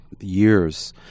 years